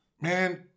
man